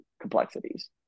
complexities